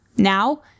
Now